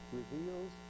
reveals